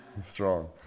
Strong